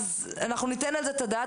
אנחנו ניתן על זה את הדעת,